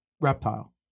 Reptile